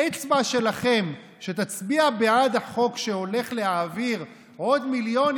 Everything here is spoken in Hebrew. האצבע שלכם שתצביע בעד החוק שהולך להעביר עוד מיליונים,